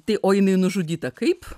tai o jinai nužudyta kaip